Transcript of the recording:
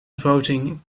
voting